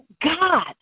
God